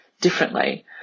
differently